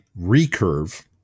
recurve